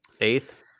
Eighth